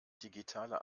digitale